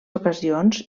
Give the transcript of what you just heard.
ocasions